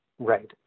Right